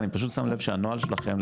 אני פשוט שם לב שהנוהל שלכם,